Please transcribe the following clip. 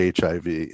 HIV